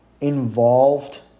involved